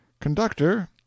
Conductor